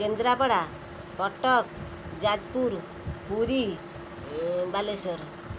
Kendrapara Cuttack Jajpur Puri Baleshwar